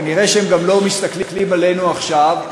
כנראה הם גם לא מסתכלים עלינו עכשיו.